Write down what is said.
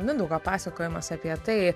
mindaugo pasakojimas apie tai